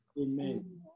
Amen